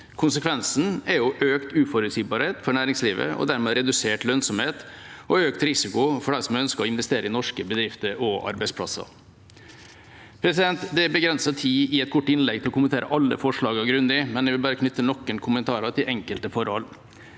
Konsekvensen er økt uforutsigbarhet for næringslivet og dermed redusert lønnsomhet og økt risiko for dem som ønsker å investere i norske bedrifter og arbeidsplasser. Det er begrenset med tid i et kort innlegg til å kommentere alle forslagene grundig, men jeg vil bare knytte noen kommentarer til enkelte forhold.